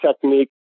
technique